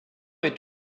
est